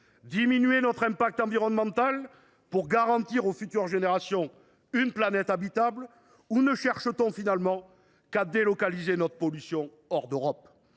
réduire notre impact environnemental afin de garantir aux futures générations une planète habitable ou ne cherche t on finalement qu’à délocaliser notre pollution hors d’Europe ?